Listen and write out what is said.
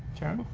sharon?